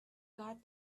got